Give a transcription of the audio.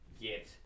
get